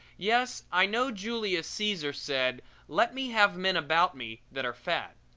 yes, i know julius caesar said let me have men about me that are fat.